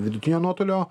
vidutinio nuotolio